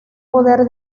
poder